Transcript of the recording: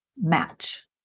match